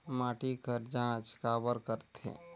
माटी कर जांच काबर करथे?